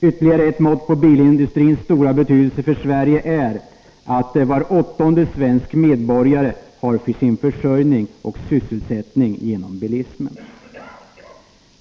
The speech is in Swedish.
Ytterligare ett mått på bilindustrins stora betydelse för Sverige är att var åttonde svensk medborgare har sin försörjning och sysselsättning genom bilismen.